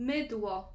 Mydło